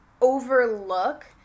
overlook